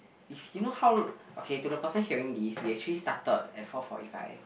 it's you know how okay to the person hearing this we actually started at four forty five